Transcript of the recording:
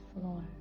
floor